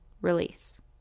release